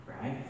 right